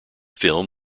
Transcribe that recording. film